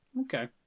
Okay